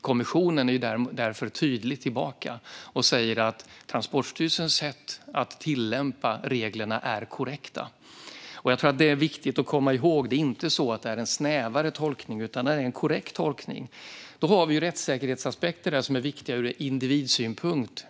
Kommissionen är därför tydlig tillbaka och säger att Transportstyrelsens sätt att tillämpa reglerna är korrekta. Jag tror att det är viktigt att komma ihåg detta. Det är inte en snävare tolkning, utan det är en korrekt tolkning. Vi har rättssäkerhetsaspekter som är viktiga ur individsynpunkt.